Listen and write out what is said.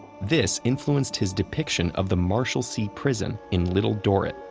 this influenced his depiction of the marshalsea prison in little dorrit,